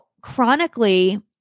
chronically